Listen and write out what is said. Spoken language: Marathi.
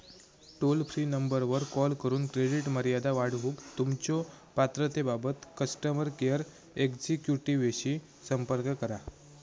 टोल फ्री नंबरवर कॉल करून क्रेडिट मर्यादा वाढवूक तुमच्यो पात्रतेबाबत कस्टमर केअर एक्झिक्युटिव्हशी संपर्क करा